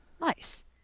Nice